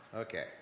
Okay